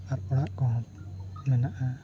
ᱟᱨ ᱚᱲᱟᱜ ᱠᱚᱦᱚᱸ ᱢᱮᱱᱟᱜᱼᱟ